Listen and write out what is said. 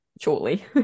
shortly